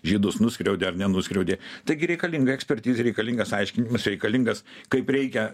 žydus nuskriaudė ar nenuskriaudė taigi reikalinga ekspertizė reikalingas aiškinimas reikalingas kaip reikia